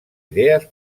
idees